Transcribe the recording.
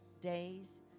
days